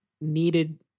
needed